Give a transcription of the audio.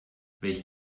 welch